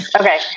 Okay